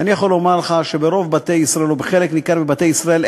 ואני יכול לומר לך שברוב בתי ישראל או בחלק ניכר מבתי ישראל,